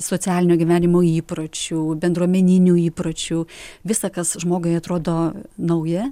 socialinio gyvenimo įpročių bendruomeninių įpročių visa kas žmogui atrodo nauja